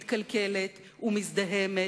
מתקלקלת ומזדהמת.